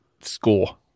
score